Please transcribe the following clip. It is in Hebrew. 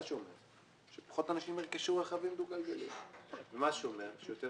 זה אומר שפחות אנשים ירכשו רכבים דו גלגליים וזה אומר שיותר